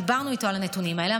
דיברנו איתו על הנתונים האלה,